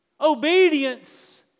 obedience